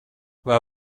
vai